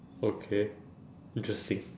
okay interesting